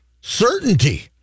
certainty